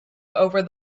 over